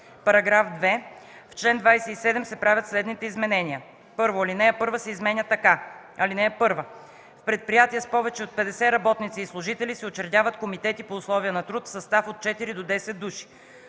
§ 2: „§ 2. В чл. 27 се правят следните изменения: 1. Aлинея 1 се изменя така: „(1) В предприятия с повече от 50 работници и служители се учредяват комитети по условия на труд в състав от 4 до 10 души.”